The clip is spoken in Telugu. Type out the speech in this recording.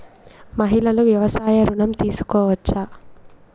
మహిళలు వ్యవసాయ ఋణం తీసుకోవచ్చా?